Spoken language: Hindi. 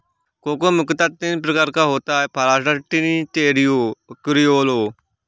कोको मुख्यतः तीन प्रकार का होता है फारास्टर, ट्रिनिटेरियो, क्रिओलो